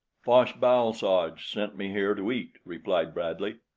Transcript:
fosh-bal-soj sent me here to eat, replied bradley.